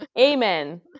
amen